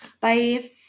Bye